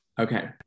okay